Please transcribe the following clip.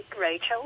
Rachel